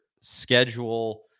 schedule